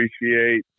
appreciate